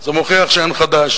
זה מוכיח שאין חדש.